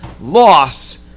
loss